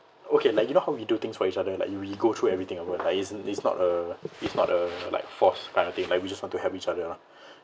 okay like you know how we do things for each other like we really go through everything about like it's it's not a it's not a like force kind of thing like we just want to help each other lah